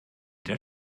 das